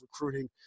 recruiting